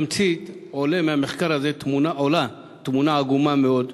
בתמצית, עולה מהמחקר הזה תמונה עגומה מאוד,